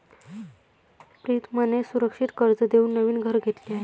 प्रीतमने सुरक्षित कर्ज देऊन नवीन घर घेतले आहे